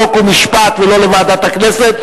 חוק ומשפט ולא לוועדת הכנסת,